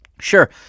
Sure